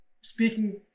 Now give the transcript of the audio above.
Speaking